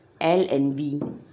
l and v